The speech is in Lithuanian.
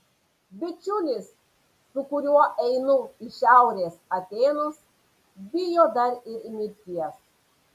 bičiulis su kuriuo einu į šiaurės atėnus bijo dar ir mirties